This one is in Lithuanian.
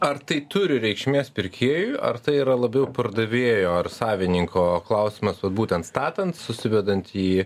ar tai turi reikšmės pirkėjui ar tai yra labiau pardavėjo ar savininko klausimas vat būtent statant susivedant į